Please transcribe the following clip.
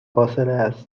فاصله